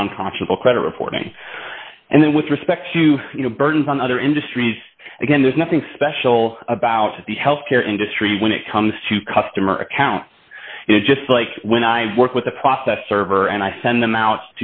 and unconscionable credit reporting and then with respect to you know burdens on other industries again there's nothing special about the health care industry when it comes to customer accounts you know just like when i work with a process server and i send them out